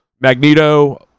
Magneto